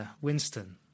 Winston